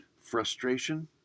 Frustration